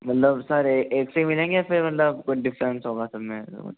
मतलब सर एक से मिलेंगे या फिर मतलब कोई डिस्काउंट तो होगा सब में